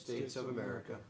states of america